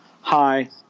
hi